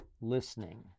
listening